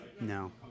No